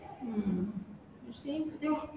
um you see